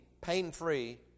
pain-free